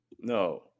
No